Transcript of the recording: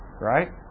right